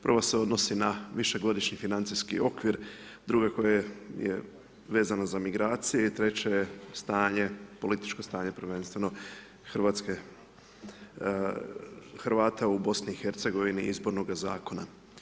Prva se odnosi na višegodišnji financijski okvir, druga koja je vezana za migracije i treća je stanje, političko stanje prvenstveno RH, Hrvata u BiH, izbornoga zakona.